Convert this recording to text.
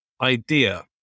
idea